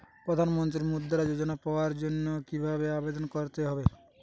প্রধান মন্ত্রী মুদ্রা যোজনা পাওয়ার জন্য কিভাবে আবেদন করতে হবে?